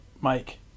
Mike